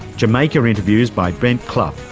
jamaica interviews by brent clough,